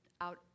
out